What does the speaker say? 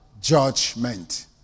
judgment